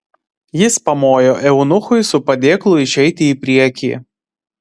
jis pamojo eunuchui su padėklu išeiti į priekį